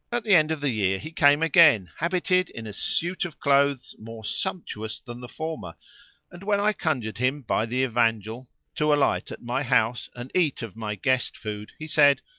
at the end of the year he came again, habited in a suit of clothes more sumptuous than the former and, when i conjured him by the evangel to alight at my house and eat of my guest food, he said,